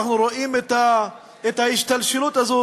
ואנחנו רואים את ההשתלשלות הזו,